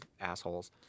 assholes